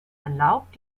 erlaubt